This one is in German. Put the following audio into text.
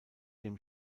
dem